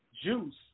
juice